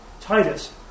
Titus